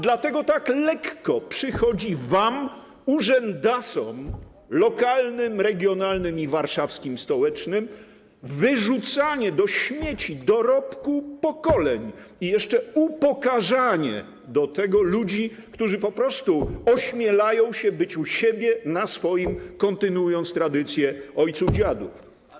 Dlatego tak lekko przychodzi wam, urzędasom lokalnym, regionalnym i warszawskim, stołecznym, wyrzucanie do śmieci dorobku pokoleń i jeszcze do tego upokarzanie ludzi, którzy po prostu ośmielają się być u siebie, na swoim, kontynuować tradycję ojców, dziadów.